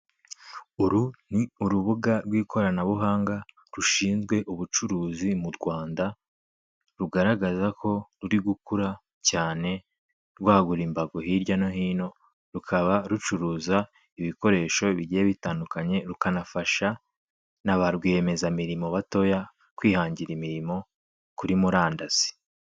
Uru ni urubuga rw'ikoranabuhanga, rushinzwe ubucuruzi mu Rwanda, rugaragaza ko ruri gukora cyane, rwagura imbago hirya no hino, rukaba rucuruza ibikoresho bigiye bitandukanye, rukanafasha na barwiyemezamirimo batoya kwihangira imirimo kuri murandasi.